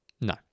No